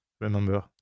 remember